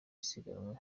isiganwa